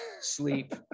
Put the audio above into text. sleep